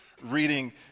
reading